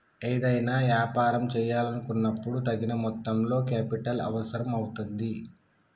ఏదైనా యాపారం చేయాలనుకున్నపుడు తగిన మొత్తంలో కేపిటల్ అవసరం అవుతుంది